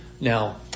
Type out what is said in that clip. Now